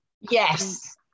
Yes